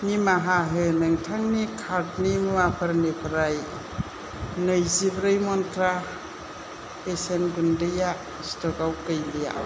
निमाहा हो नोंथांनि कार्टनि मुवाफोरनिफ्राय नैजिब्रै मन्त्रा बेसेन गुन्दैया स्टकआव गैलिया